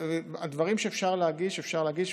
דברים שאפשר להגיש, אפשר להגיש.